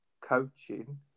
coaching